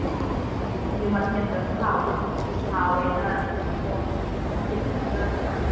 ꯑꯣ ꯁꯤꯡꯖꯨ ꯃꯥꯊꯦꯜꯒꯁꯨ ꯍꯥꯎꯕ ꯍꯥꯎꯋꯦꯅ ꯐꯣꯟ ꯌꯨꯇꯨꯞꯇꯥꯒꯗꯤ ꯑꯥ